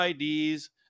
IDs